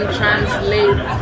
translate